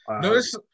notice